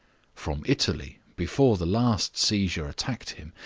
from italy, before the last seizure attacked him,